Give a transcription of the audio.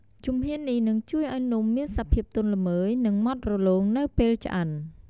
ជំហាននេះនឹងជួយឱ្យនំមានសភាពទន់ល្មើយ និងម៉ត់រលោងនៅពេលឆ្អិន។